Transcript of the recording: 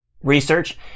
research